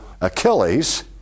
Achilles